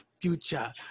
future